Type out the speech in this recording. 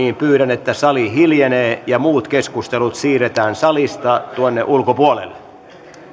pyydän että sali hiljenee ja muut keskustelut siirretään salista ulkopuolelle